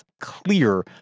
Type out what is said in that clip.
clear